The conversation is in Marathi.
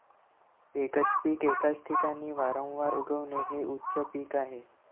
एकच पीक एकाच ठिकाणी वारंवार उगवणे हे उच्च पीक आहे